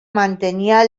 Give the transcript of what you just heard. mantenia